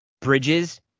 Bridges